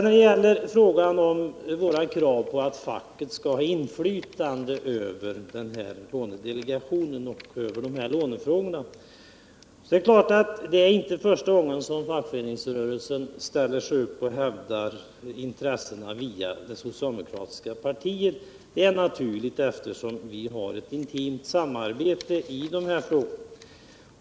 När det gäller kraven på att facket skall ha inflytande över fonddele gationen och lånefrågorna är det ju inte första gången som fackföreningsrörelsen hävdar sina intressen via det socialdemokratiska partiet. Detta är naturligt eftersom vi har ett intimt samarbete i de här frågorna.